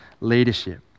leadership